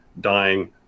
dying